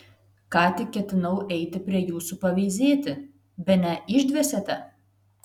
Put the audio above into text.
ką tik ketinau eiti prie jūsų paveizėti bene išdvėsėte